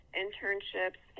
internships